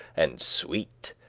and sweet,